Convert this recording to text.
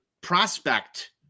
prospect